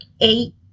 eight